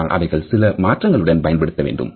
ஆனால் அவைகள் சில மாற்றங்களுடன் பயன்படுத்த வேண்டும்